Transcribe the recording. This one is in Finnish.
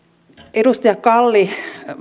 edustaja kalli